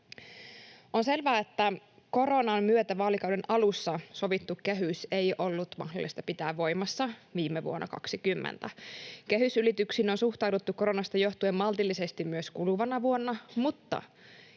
On selvää, että koronan myötä vaalikauden alussa sovittua kehystä ei ollut mahdollista pitää voimassa viime vuonna 20. Kehysylityksiin on suhtauduttu koronasta johtuen maltillisesti myös kuluvana vuonna, mutta